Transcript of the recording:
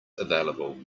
available